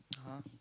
!huh!